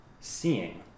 Seeing